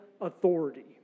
authority